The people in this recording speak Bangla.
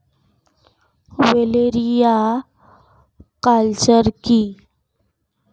ওলেরিয়া কালচার কি?